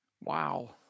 Wow